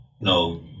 no